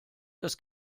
das